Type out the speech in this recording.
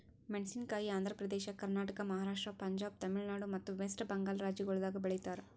ಮೇಣಸಿನಕಾಯಿ ಆಂಧ್ರ ಪ್ರದೇಶ, ಕರ್ನಾಟಕ, ಮಹಾರಾಷ್ಟ್ರ, ಪಂಜಾಬ್, ತಮಿಳುನಾಡು ಮತ್ತ ವೆಸ್ಟ್ ಬೆಂಗಾಲ್ ರಾಜ್ಯಗೊಳ್ದಾಗ್ ಬೆಳಿತಾರ್